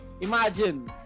Imagine